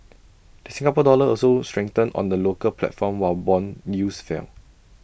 the Singapore dollar also strengthened on the local platform while Bond yields fell